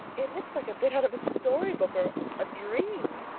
it looks like a bit out of a story book or a dream.